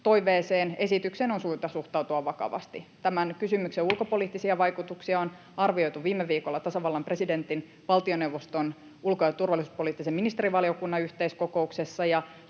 toiveeseen, esitykseen on syytä suhtautua vakavasti. Tämän kysymyksen ulkopoliittisia vaikutuksia on arvioitu viime viikolla tasavallan presidentin ja valtioneuvoston ulko- ja turvallisuuspoliittisen ministerivaliokunnan yhteiskokouksessa,